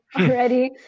already